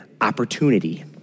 opportunity